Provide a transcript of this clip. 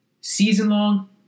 Season-long